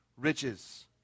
riches